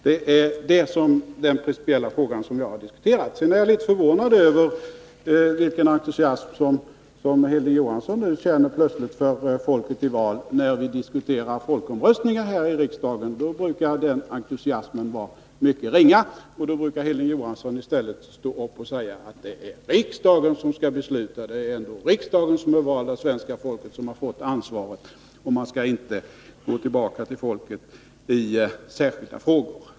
Det är den principiella fråga som jag har diskuterat. Sedan är jag litet förvånad över den entusiasm som Hilding Johansson plötsligt känner för folket i val. När vi här i riksdagen diskuterar folkomröstningar brukar den entusiasmen vara mycket ringa, och då brukar Hilding Johansson i stället stå upp och säga att det är riksdagen som skall besluta, att det är riksdagen som är utvald av svenska folket och som har fått ansvaret och att man inte skall gå tillbaka till folket i särskilda frågor.